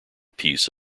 piece